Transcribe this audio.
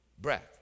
breath